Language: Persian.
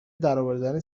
درآوردن